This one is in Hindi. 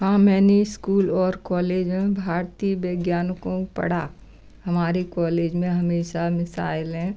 हाँ मैंने इस्कूल और कोलेज में भारतीय विज्ञान को पढ़ा हमारे कोलेज में हमेशा मिसाइलें